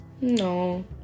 No